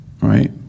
right